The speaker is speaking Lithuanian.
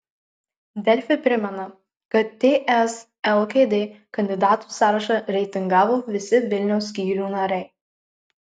delfi primena kad ts lkd kandidatų sąrašą reitingavo visi vilniaus skyrių nariai